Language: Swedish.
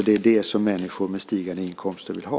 Det är det som människor, när inkomsterna stiger, vill ha.